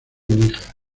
níger